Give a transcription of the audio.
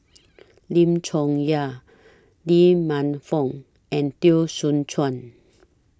Lim Chong Yah Lee Man Fong and Teo Soon Chuan